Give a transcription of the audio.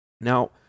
Now